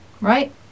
right